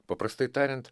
paprastai tariant